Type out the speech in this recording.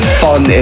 fun